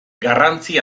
garrantzi